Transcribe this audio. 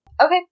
Okay